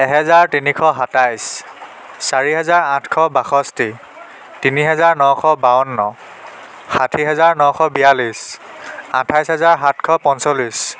এহেজাৰ তিনিশ সাতাইছ চাৰি হাজাৰ আঠশ বাষষ্ঠি তিনি হাজাৰ নশ বাৱন্ন ষাঠি হাজাৰ নশ বিয়ালিছ আঠাইছ হাজাৰ সাতশ পঞ্চল্লিছ